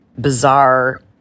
bizarre